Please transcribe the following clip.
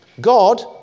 God